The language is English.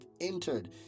entered